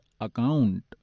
account